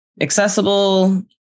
accessible